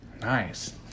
Nice